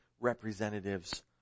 representatives